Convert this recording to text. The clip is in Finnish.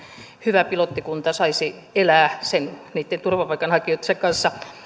hyvä pilottikunta saisi elää niitten turvapaikanhakijoittensa kanssa niin